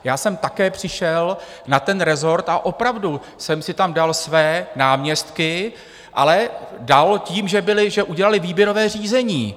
Já jsem také přišel na ten rezort a opravdu jsem si tam dal své náměstky, ale dal tím, že udělali výběrové řízení.